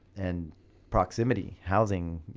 and proximity housing,